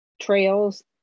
trails